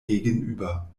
gegenüber